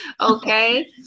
okay